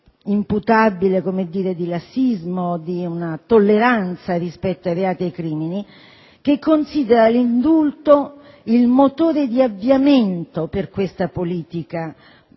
imputabile di lassismo, di tolleranza rispetto ai reati, ai crimini, che considera l'indulto il motore di avviamento per questa politica di